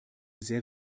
sehr